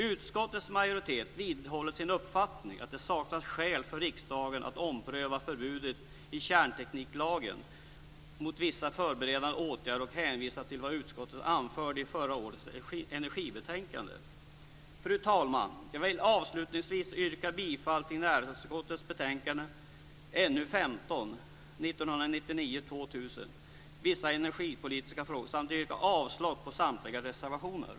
Utskottets majoritet vidhåller sin uppfattning att det saknas skäl för riksdagen att ompröva förbudet i kärntekniklagen mot vissa förberedande åtgärder och hänvisa till vad utskottet anförde i förra årets energibetänkande. Fru talman! Jag vill avslutningsvis yrka bifall till hemställan i näringsutskottets betänkande